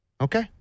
Okay